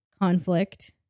conflict